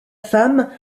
femme